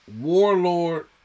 Warlord